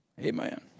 Amen